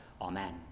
Amen